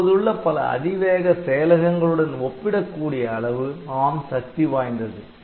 இப்போதுள்ள பல அதிவேக செயலகங்கள் உடன் ஒப்பிடக்கூடிய அளவு ARM சக்தி வாய்ந்தது